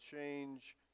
change